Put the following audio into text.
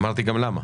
אמרתי גם למה.